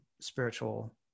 spiritual